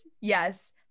yes